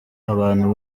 abantu